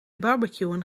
barbecueën